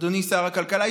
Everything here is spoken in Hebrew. אדוני שר הכלכלה,